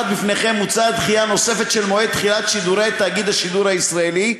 מוצעת דחייה נוספת של מועד תחילת שידורי תאגיד השידור הישראלי,